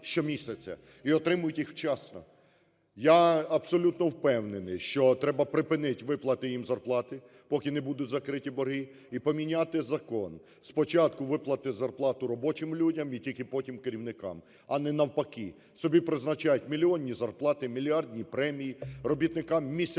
і отримують їх вчасно. Я абсолютно впевнений, що треба припинити виплати їм зарплати, поки не будуть закриті борги, і поміняти закон. Спочатку виплати зарплату робочим людям і тільки потім – керівникам, а не навпаки – собі призначають мільйонні зарплати, мільярдні премії, робітникам місяцями